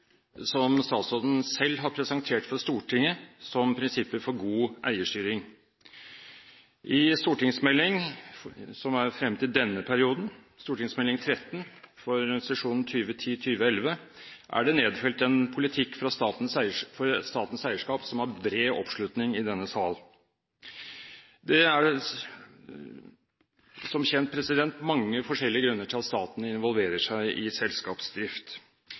som statsråden selv har presentert for Stortinget som prinsipper for god eierstyring. I stortingsmeldingen frem til denne perioden, Meld. St. 13 for sesjonen 2010–2011, er det nedfelt en politikk for statens eierskap som har bred oppslutning i denne sal. Det er som kjent mange forskjellige grunner til at staten involverer seg i selskapsdrift,